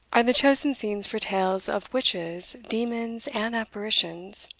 are the chosen scenes for tales of witches, demons, and apparitions.